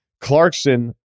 Clarkson